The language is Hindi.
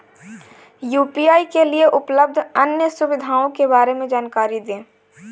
यू.पी.आई के लिए उपलब्ध अन्य सुविधाओं के बारे में जानकारी दें?